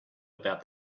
about